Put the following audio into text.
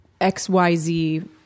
XYZ